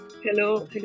hello